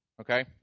Okay